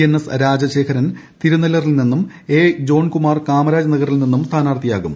N S Rajasekharan തിരുനല്ലറിൽ നിന്നും A John Kumar Kamaraj നഗറിൽ നിന്നും സ്ഥാനാർത്ഥിയാകും